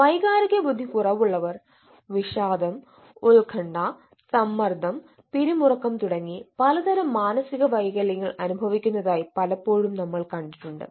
വൈകാരിക ബുദ്ധി കുറവുള്ളവർ വിഷാദം ഉത്കണ്ഠ സമ്മർദ്ദം പിരിമുറുക്കം തുടങ്ങി പലതരം മാനസിക വൈകല്യങ്ങൾ അനുഭവിക്കുന്നതായി പലപ്പോഴും നമ്മൾ കണ്ടിട്ടുണ്ട്